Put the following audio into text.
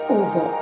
over